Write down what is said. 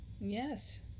yes